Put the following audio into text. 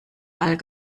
all